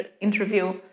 interview